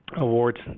Awards